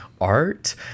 Art